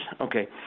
Okay